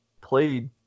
played